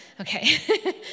Okay